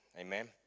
Amen